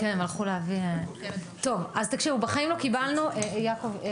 וזאת תהיה הזדמנות לכל מי שנמצא כאן